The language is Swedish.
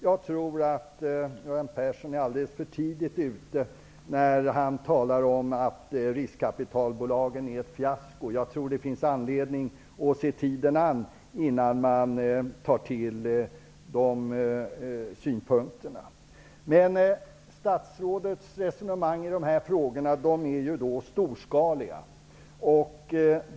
Jag tror att Göran Persson är alldeles för tidigt ute när han talar om riskkapitalbolagen som ett fiasko. Jag tror att det finns anledning att se tiden an, innan man framför sådana synpunkter. Statsrådets resonemang i dessa frågor är ju storskaliga.